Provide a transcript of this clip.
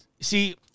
see